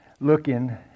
looking